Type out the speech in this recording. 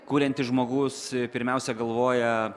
kuriantis žmogus pirmiausia galvoja